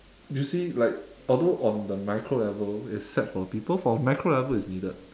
you see like although on the micro level it's sad for the people for macro level it's needed